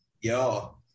Yo